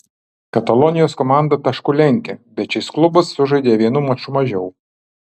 katalonijos komanda tašku lenkia bet šis klubas sužaidė vienu maču mažiau